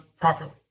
properly